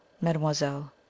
mademoiselle